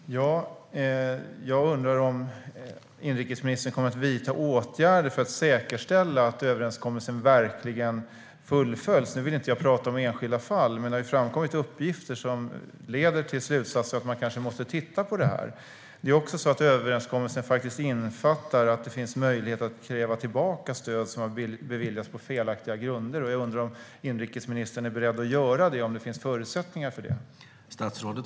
Herr talman! Jag undrar om inrikesministern kommer att vidta åtgärder för att säkerställa att överenskommelsen verkligen fullföljs. Jag vill inte prata om enskilda fall, men det har framkommit uppgifter som leder till slutsatsen att man kanske måste titta på detta. Överenskommelsen innefattar att det finns möjlighet att kräva tillbaka stöd som har beviljats på felaktiga grunder. Är inrikesministern beredd att göra detta, och finns det förutsättningar för det?